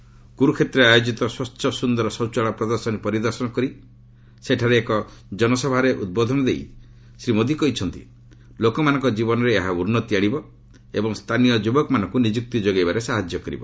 ପ୍ରଧାନମନ୍ତ୍ରୀ କୁରୁକ୍ଷେତ୍ରରେ ଆୟୋଜିତ ସ୍ୱଚ୍ଚ ସୁନ୍ଦର ଶୌଚାଳୟ ପ୍ରଦର୍ଶନୀ ପରିଦର୍ଶନ କରି ସେଠାରେ ଏକ ଜନସଭାରେ ଉଦ୍ବୋଧନ ଦେଇ କହିଛନ୍ତି ଯେ ଲୋକମାନଙ୍କ ଜୀବନରେ ଏହା ଉନ୍ନତି ଆଣିବ ଏବଂ ସ୍ଥାନୀୟ ଯୁବକମାନଙ୍କୁ ନିଯୁକ୍ତି ଯୋଗାଇବାରେ ସାହାଯ୍ୟ କରିବ